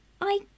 I